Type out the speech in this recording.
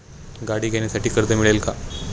गाडी घेण्यासाठी कर्ज मिळेल का?